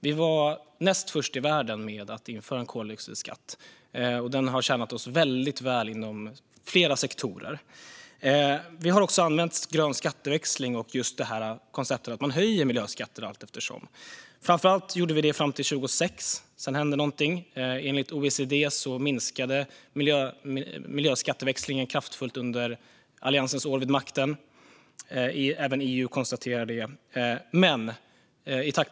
Vi var näst först i världen med att införa en koldioxidskatt, och den har tjänat oss väldigt väl inom flera sektorer. Vi har också använt grön skatteväxling och konceptet att miljöskatterna höjs allteftersom. Framför allt gjorde vi det fram till 2006; sedan hände någonting. Enligt OECD minskade miljöskatteväxlingen kraftfullt under Alliansens år vid makten. Även EU konstaterar detta.